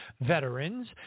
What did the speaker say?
veterans